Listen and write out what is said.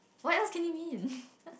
what else can it mean